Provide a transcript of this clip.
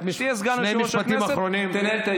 כשתהיה סגן יושב-ראש הכנסת תנהל את הישיבה.